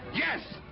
yes!